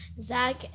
Zach